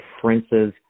Prince's